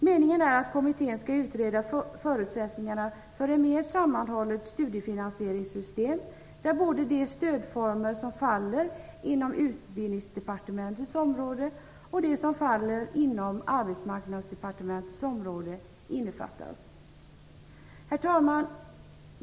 Meningen är att kommittén skall utreda förutsättningarna för ett mer sammanhållet studiefinansieringssystem, där både de stödformer som faller inom Utbildningsdepartementets område och de som faller inom Arbetsmarknadsdepartementets område innefattas. Herr talman!